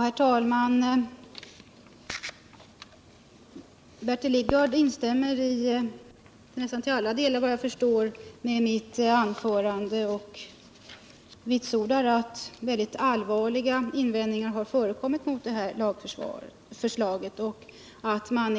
Herr talman! Bertil Lidgard instämmer nästan till alla delar i mitt anförande och vitsordar att mycket allvarliga invändningar har förekommit mot detta lagförslag och att man